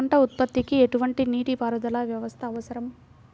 పంట ఉత్పత్తికి ఎటువంటి నీటిపారుదల వ్యవస్థ అవసరం?